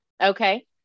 Okay